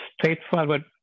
straightforward